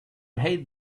hate